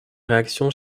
réactions